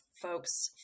folks